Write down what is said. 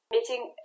meeting